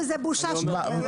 חושבת שזאת בושה שהוא --- חברים,